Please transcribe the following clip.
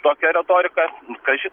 tokia retorika kaži